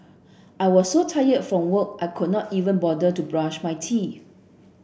I was so tired from work I could not even bother to brush my teeth